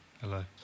Hello